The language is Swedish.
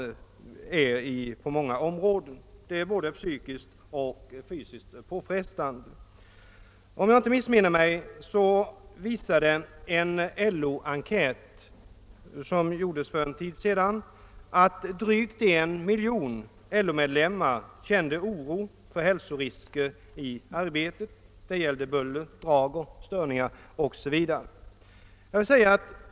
Detta är både fysiskt och psykiskt påfrestande. Om jag inte missminner mig visade en LO-enkät som gjordes för en tid sedan att drygt en miljon LO-medlemmar kände oro för hälsorisker i arbetet. Det gällde buller, drag, störningar o.s.v.